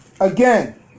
again